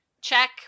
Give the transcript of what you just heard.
check